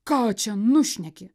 ką čia nušneki